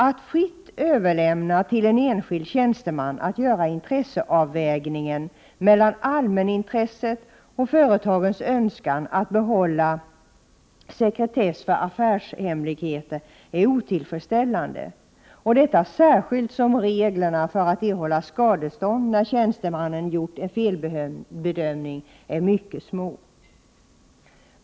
Att fritt överlämna till en enskild tjänsteman att göra intresseavvägningen mellan allmänintresset och företagets önskan att behålla sekretess för affärshemligheter är otillfredsställande — detta särskilt som reglerna för att erhålla skadestånd när tjänstemannen gjort en felbedömning är mycket små.